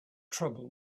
trouble